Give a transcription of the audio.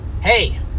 Hey